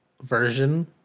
version